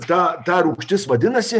ta ta rūgštis vadinasi